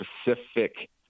specific